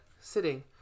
sitting